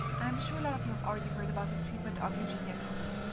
i'm sure a lot of you have already heard about his treatment of eugenia cooney.